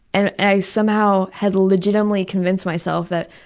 and i somehow had legitimately convinced myself that,